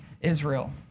Israel